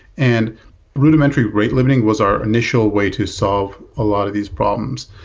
and rudimentary, rate limiting was our initial way to solve a lot of these problems.